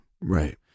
Right